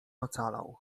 ocalał